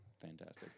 fantastic